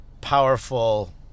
powerful